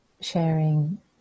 sharing